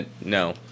no